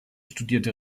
studierte